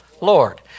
Lord